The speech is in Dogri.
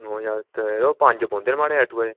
नौ जागत मड़ो पंज बौहंदे न म्हाड़े आटो च